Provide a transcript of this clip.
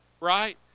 right